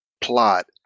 plot